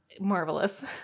marvelous